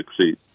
succeed